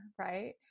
right